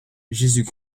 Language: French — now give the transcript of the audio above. jésus